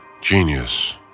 genius